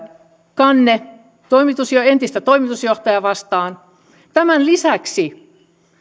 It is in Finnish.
kanne entistä toimitusjohtajaa vastaa tämän lisäksi